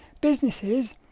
Businesses